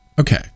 Okay